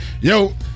yo